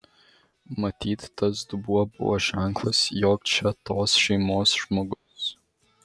matyt tas dubuo buvo ženklas jog čia tos šeimos žmogus